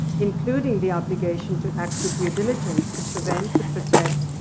including the obligation to act with due diligence to prevent, to protect,